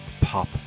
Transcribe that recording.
pop